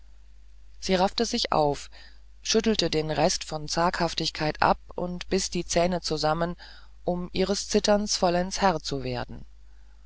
sie raffte sich auf schüttelte den letzten rest von zaghaftigkeit ab und biß die zähne zusammen um ihres zitterns vollends herr zu werden